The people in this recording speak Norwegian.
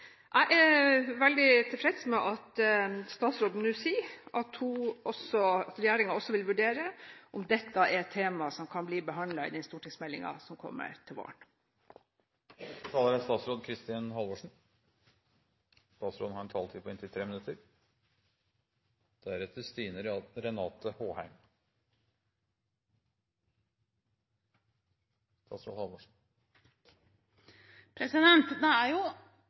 Jeg er veldig tilfreds med at statsråden nå sier at hun og regjeringen vil vurdere om dette er et tema som kan bli behandlet i den stortingsmeldingen som kommer til våren. Det er jo